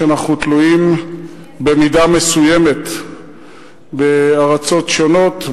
כשאנחנו תלויים במידה מסוימת בארצות שונות,